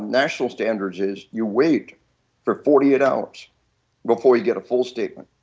national standards is you wait for forty eight hours before you get a full statement.